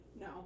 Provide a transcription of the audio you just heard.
No